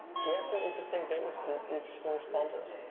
he had some interesting things, and interesting responses.